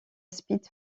speed